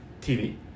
TV